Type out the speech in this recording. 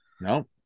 No